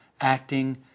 acting